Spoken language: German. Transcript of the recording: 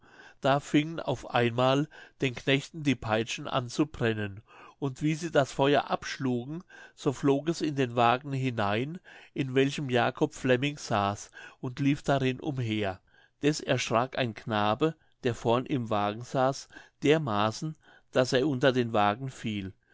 da fingen auf einmal den knechten die peitschen an zu brennen und wie sie das feuer abschlugen so flog es in den wagen hinein in welchem jacob flemming saß und lief darin umher deß erschrak ein knabe der vorn im wagen saß dermaßen daß er unter den wagen fiel